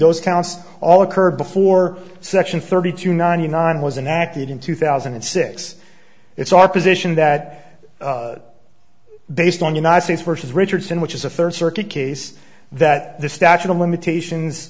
those counts all occurred before section thirty two ninety nine was enacted in two thousand and six it's our position that based on united states versus richardson which is a third circuit case that the statute of limitations